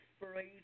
inspiration